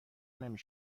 نمی